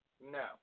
No